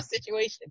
situation